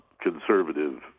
conservative